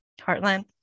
heartland